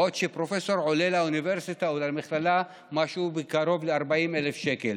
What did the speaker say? בעוד שפרופסור עולה לאוניברסיטה או למכללה קרוב ל-40,000 שקלים,